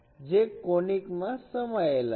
જે કોનીક માં સમાયેલા છે